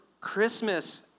Christmas